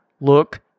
Look